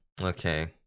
Okay